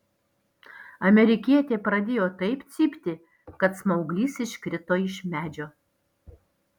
amerikietė pradėjo taip cypti kad smauglys iškrito iš medžio